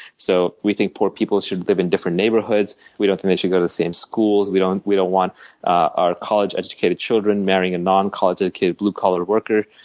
so we think poor people should live in different neighborhoods. we don't think they should go to the same schools. we don't we don't want our college educated children marrying a non college educated, blue collar worker.